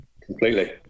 Completely